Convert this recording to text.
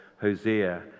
Hosea